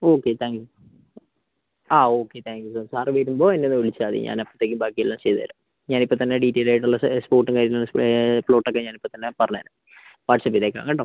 okay thank you ആ okay thank you sir sir വരുമ്പോൾ എന്നെ ഒന്ന് വിളിച്ചാൽ മതി ഞാൻ അപ്പോഴത്തേക്കും ബാക്കി എല്ലാം ചെയ്തുതരാം ഞാൻ ഇപ്പോൾത്തന്നെ ഡീറ്റെയിൽ ആയിട്ടുള്ള സ്പോട്ടും കാര്യങ്ങൾ പ്ലോട്ട് ഒക്കെ ഞാൻ ഇപ്പോൾത്തന്നെ പറഞ്ഞുതരാം വാട്ട്സ്ആപ്പ് ചെയ്തേക്കാം കേട്ടോ